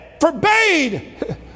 forbade